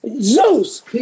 Zeus